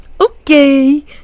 Okay